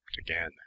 again